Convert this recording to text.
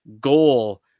goal